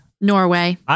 Norway